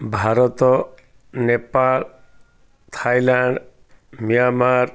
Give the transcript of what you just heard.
Bharat Nepal Thailand Myanmar